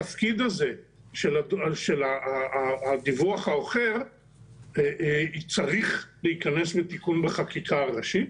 התפקיד הזה של הדיווח האוחר צריך להיכנס לתיקון בחקיקה הראשית.